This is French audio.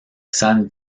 san